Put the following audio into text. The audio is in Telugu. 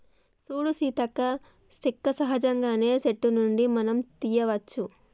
సూడు సీతక్క సెక్క సహజంగానే సెట్టు నుండి మనం తీయ్యవచ్చు